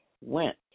went